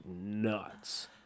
nuts